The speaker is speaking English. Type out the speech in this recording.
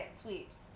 Sweeps